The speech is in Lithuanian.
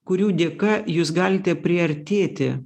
kurių dėka jūs galite priartėti